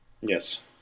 Yes